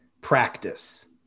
practice